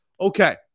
Okay